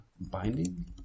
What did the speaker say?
binding